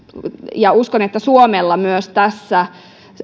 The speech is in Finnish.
ja uskon että suomella myös tämän